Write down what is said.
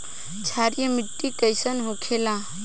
क्षारीय मिट्टी कइसन होखेला?